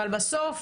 אבל בסוף,